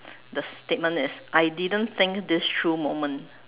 the statement that's I didn't think this true moment